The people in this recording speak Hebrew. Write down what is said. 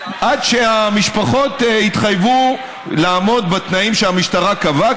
עד שהמשפחות יתחייבו לעמוד בתנאים שהמשטרה קבעה,